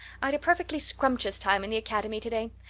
i'd a perfectly scrumptious time in the academy today.